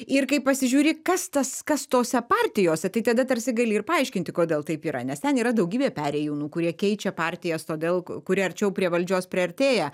ir kai pasižiūri kas tas kas tose partijose tai tada tarsi gali ir paaiškinti kodėl taip yra nes ten yra daugybė perėjūnų kurie keičia partijas todėl kuri arčiau prie valdžios priartėja